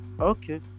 okay